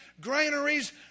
granaries